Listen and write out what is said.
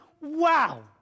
Wow